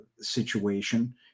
situation